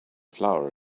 flower